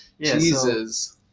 Jesus